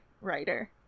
writer